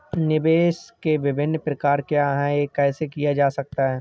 निवेश के विभिन्न प्रकार क्या हैं यह कैसे किया जा सकता है?